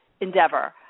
endeavor